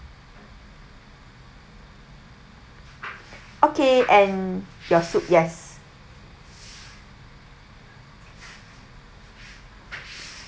okay and your soup yes